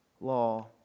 law